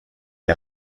est